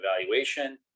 evaluation